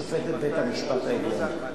שופטת בית-המשפט העליון.